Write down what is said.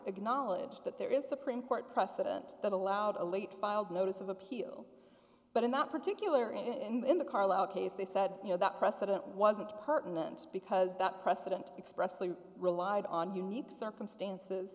good knowledge that there is a supreme court precedent that allowed a late filed notice of appeal but in that particular and in the carlisle case they said you know that precedent wasn't pertinence because that precedent expressly relied on unique circumstances